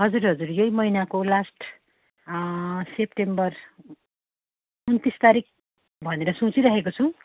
हजुर हजुर यही महिनाको लास्ट सेप्टेम्बर उन्तिस तारिक भनेर सोचिरहेको छौँ